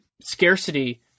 scarcity